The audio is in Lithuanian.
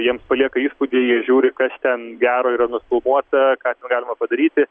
jiems palieka įspūdį jie žiūri kas ten gero yra nufilmuota ką ten galima padaryti